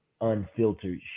unfiltered